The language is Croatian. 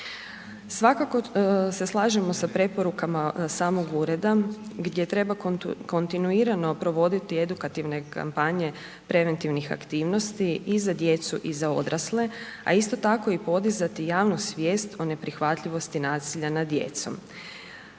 Svakako se slažemo sa preporukama samog ureda gdje treba kontinuirano provoditi edukativne kampanje preventivnih aktivnosti i za djecu i za odrasle a isto tako i podizati javnu svijest o neprihvatljivosti nasilja nad djecom,